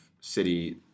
city